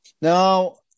now